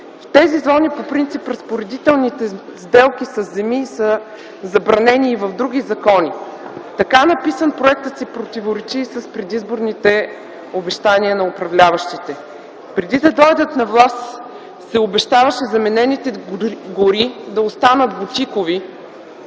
в тези зони разпоредителните сделки със земи са забранени и с други закони. Така написан, законопроектът си противоречи и с предизборните обещания на управляващите. Преди да дойдат на власт, обещаваха, че заменените гори ще останат бутикови